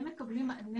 הם מקבלים מענה